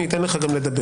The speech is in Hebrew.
אני אתן לך גם לדבר.